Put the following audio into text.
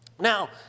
Now